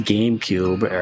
GameCube